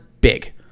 big